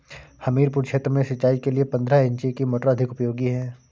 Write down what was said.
हमीरपुर क्षेत्र में सिंचाई के लिए पंद्रह इंची की मोटर अधिक उपयोगी है?